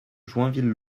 joinville